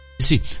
see